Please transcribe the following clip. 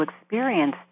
experience